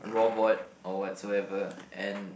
robot or whatsoever and